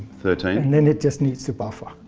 thirteen. and then it just needs a buffer.